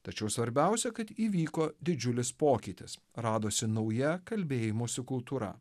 tačiau svarbiausia kad įvyko didžiulis pokytis radosi nauja kalbėjimosi kultūra